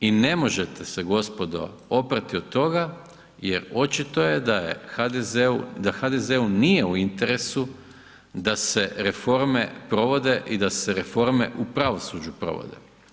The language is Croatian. I ne možete se gospodo oprati od toga jer očito je da je HDZ-u, da HDZ-u nije u interesu da se reforme provode i da se reforme u pravosuđu provode.